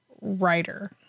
writer